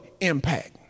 Impact